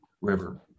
river